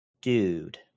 dude